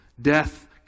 death